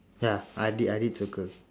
ya I did I did circle